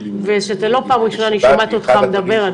ושאתה לא פעם ראשונה אני שומעת אותך מדבר.